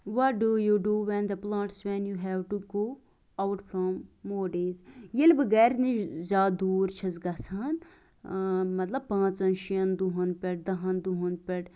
what do you do when the plants when have to go out from more days ییٚلہِ بہٕ گَرِ نِش زیاد دوٗر چھَس گَژھان مَطلَب پانٛژَن شیٚن دۅہَن پیٚٹھ دَہَن دۅہَن پیٚٹھ